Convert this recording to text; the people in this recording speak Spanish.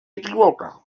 equivoca